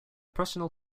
personnel